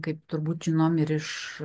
kaip turbūt žinom ir iš